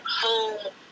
home